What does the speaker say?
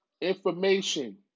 information